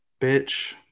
bitch